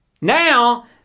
Now